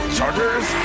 Chargers